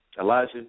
Elijah